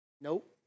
Nope